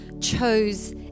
chose